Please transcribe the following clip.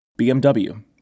BMW